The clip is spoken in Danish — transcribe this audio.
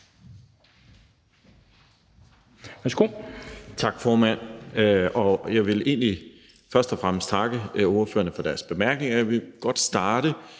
Værsgo.